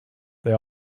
they